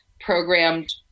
programmed